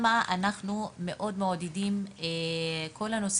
במסגרת התוכנית אנחנו מעודדים את כל הנושא